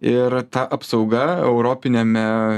ir ta apsauga europiniame